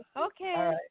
Okay